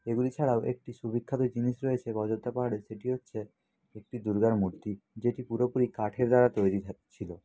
এগুলি ছাড়াও একটি সুবিখ্যাত জিনিস রয়েছে অযোধ্যা পাহাড়ে সেটি হচ্ছে একটি দুর্গার মূর্তি যেটি পুরোপুরি কাঠের দ্বারা তৈরি থাকছিলো